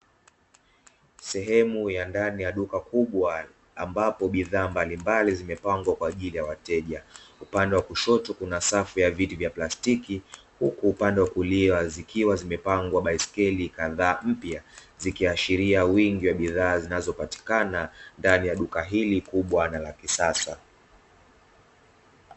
Sehemu ya ndani ya duka kubwa ambapo bidhaa mbalimbali zimepangwa kwa ajili ya wateja, upande wa kushoto kuna safu ya viti vya plastiki huku upande wa kulia zikiwa zimepangwa baiskeli kadhaa mpya zikiashiria wingi wa bidhaa zinazopatikana ndani ya duka hili kubwa na la kisasa.